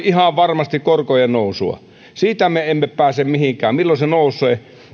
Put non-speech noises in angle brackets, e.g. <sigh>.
<unintelligible> ihan varmasti korkojen nousua siitä me emme pääse mihinkään milloin markkinakorko nousee